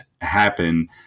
happen